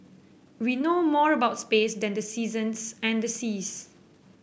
we know more about space than the seasons and the seas